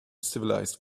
civilized